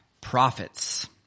prophets